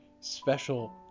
special